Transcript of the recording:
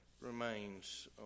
remains